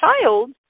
child